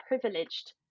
privileged